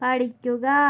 പഠിക്കുക